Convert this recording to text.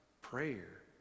prayer